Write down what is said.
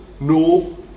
No